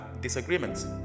disagreements